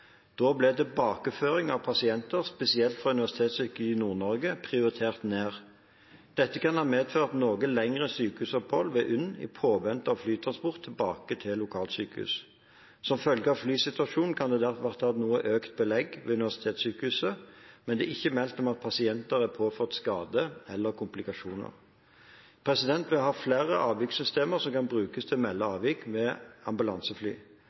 Da ble tilbakeføring av pasienter spesielt fra Universitetssykehuset Nord-Norge prioritert ned. Dette kan ha medført noe lengre sykehusopphold ved UNN i påvente av flytransport tilbake til lokalsykehus. Som følge av flysituasjonen kan det ha vært noe økt belegg ved universitetssykehuset, men det er ikke meldt om at pasienter er påført skade eller komplikasjoner. Vi har flere avvikssystemer som kan brukes til å melde avvik med ambulansefly.